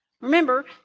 Remember